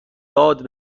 داد